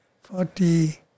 forty